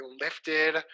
lifted